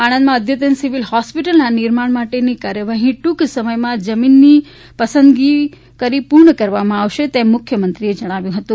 આણંદમાં અદ્યતન સિવિલ હોસ્પિટલના નિર્માણ માટેની કાર્યવાહી ટૂંક સમયમાં જમીનની પસંદગી કરી પૂર્ણ કરવામાં આવશે તેમ મુખ્યમંત્રીશ્રીએ જણાવ્યું હતું